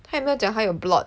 她也没有讲她有 blot